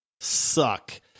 suck